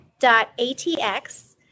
ATX